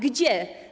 Gdzie?